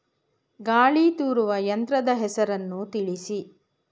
ಗಾಳಿ ತೂರುವ ಯಂತ್ರದ ಹೆಸರನ್ನು ತಿಳಿಸಿ?